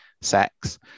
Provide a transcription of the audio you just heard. sex